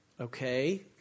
Okay